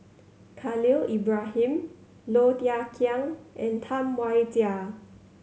Khalil Ibrahim Low Thia Khiang and Tam Wai Jia